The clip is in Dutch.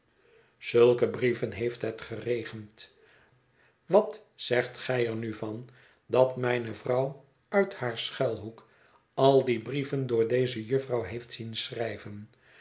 zulke brieven heeft het geregend wat zegt gij er nu van dat mijne vrouw uit haar schuilhoek al die brieven door deze jufvrouw heeft zien schrijven